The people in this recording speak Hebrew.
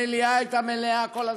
המליאה הייתה מלאה כל הזמן,